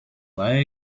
lie